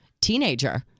teenager